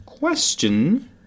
Question